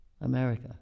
America